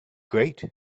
great